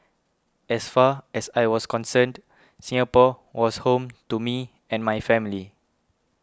as far as I was concerned Singapore was home to me and my family